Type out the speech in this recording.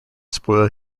spoil